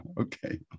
Okay